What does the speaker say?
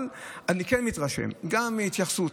אבל אני כן מתרשם גם מההתייחסות,